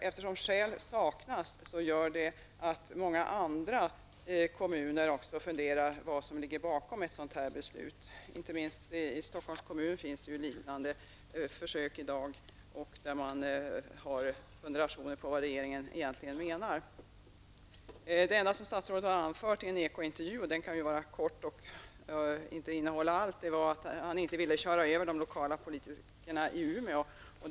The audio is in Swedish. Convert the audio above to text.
Eftersom det saknas skäl, funderar också många andra kommuner över vad som ligger bakom beslutet. Inte minst inom Stockholms kommun undrar man vad regeringen egentligen menar. Det enda som statsrådet har anfört var när han under en intervju i Ekot sade att han inte vill köra över de lokala politikerna i Umeå, men en sådan intervju kan ju inte innehålla allt.